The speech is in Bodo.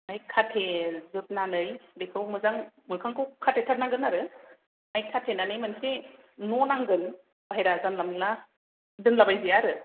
आमफाय खाथेजोबनानै बिखौ मोजां मोखांखौ खाथेथारनांगोन आरो आमफाय खाथेनानै मोनसे न नांगोन बायह्रा जानला मानला दोनलायबाय जाया आरो